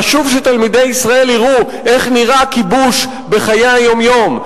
חשוב שתלמידי ישראל יראו איך נראה כיבוש בחיי היום-יום.